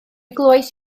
glywais